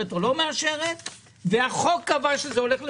או לא מאשרת והחוק קבע שזה הולך לבג"ץ.